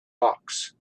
hawks